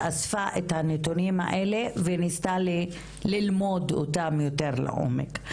שאספה את הנתונים האלה וניסתה ללמוד אותם יותר לעומק.